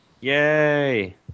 Yay